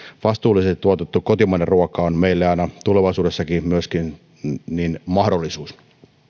vastuullisesti tuotettu kotimainen ruoka on meille aina tulevaisuudessakin mahdollisuus